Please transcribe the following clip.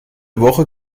woche